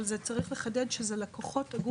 אבל צריך לחדד שזה לקוחות הגוף הפיננסי.